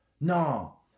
no